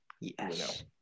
Yes